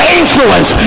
influence